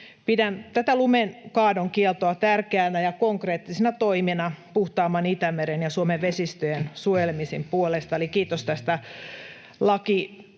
Pidän tätä lumenkaadon kieltoa tärkeänä ja konkreettisena toimena puhtaamman Itämeren ja Suomen vesistöjen suojelemisen puolesta, eli kiitos tästä lakiesityksestä.